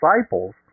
disciples